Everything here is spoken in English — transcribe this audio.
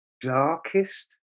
darkest